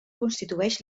constitueix